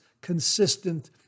consistent